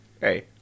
hey